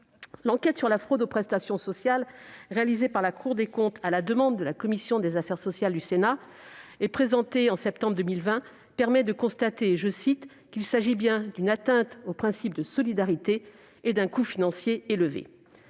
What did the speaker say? L'enquête sur la fraude aux prestations sociales réalisée par la Cour des comptes à la demande de la commission des affaires sociales du Sénat et présentée en septembre 2020 permet de constater « qu'il s'agit bien d'une atteinte au principe de solidarité et d'un coût financier élevé